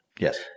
Yes